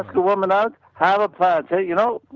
a woman out, have a plan. say, you know,